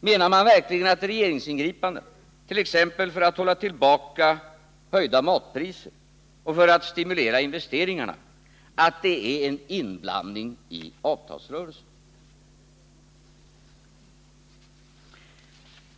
Menar man verkligen att regeringsingripanden, t.ex. för att hålla tillbaka höjningar av matpriserna och för att stimulera investeringarna, är en inblandning i avtalsrörelsen?